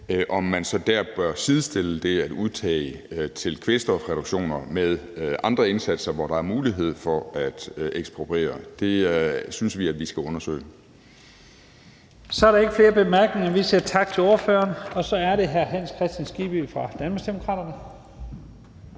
bør man så dér sidestille det at udtage til kvælstofreduktioner med andre indsatser, hvor der er mulighed for at ekspropriere? Det synes vi at vi skal undersøge. Kl. 14:38 Første næstformand (Leif Lahn Jensen): Så er der ikke flere korte bemærkninger. Vi siger tak til ordføreren. Så er det hr. Hans Kristian Skibby fra Danmarksdemokraterne.